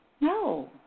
No